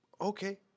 Okay